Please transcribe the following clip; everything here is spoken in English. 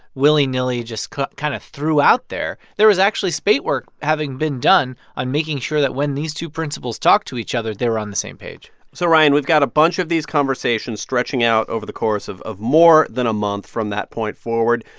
willy-nilly just kind of threw out there. there was actually spadework having been done on making sure that when these two principals talked to each other, they were on the same page so, ryan, we've got a bunch of these conversations stretching out over the course of of more than a month from that point forward.